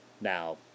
Now